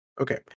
Okay